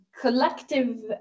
collective